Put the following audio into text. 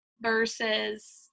versus